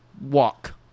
Walk